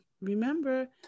remember